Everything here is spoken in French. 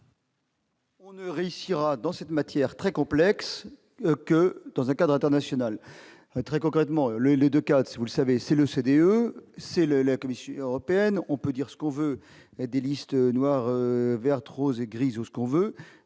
Réussira dans cette matière très complexe que dans un cadre international très concrètement les les 2 cartes, si vous le savez, c'est le CDE c'est le la Commission européenne, on peut dire ce qu'on veut des listes noires, vertes rose et grise ou ce qu'on veut